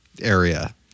area